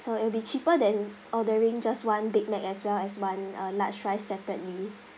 so it'll be cheaper than ordering just one big mac as well as one uh large fries separately